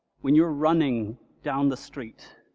when you're running down the street